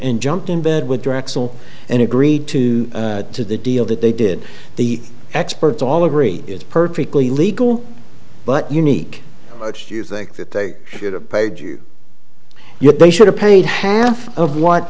and jumped in bed with drexel and agreed to to the deal that they did the experts all agree is perfectly legal but unique if you think that they should have paid you yet they should have paid half of